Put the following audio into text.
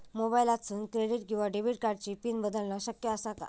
मोबाईलातसून क्रेडिट किवा डेबिट कार्डची पिन बदलना शक्य आसा काय?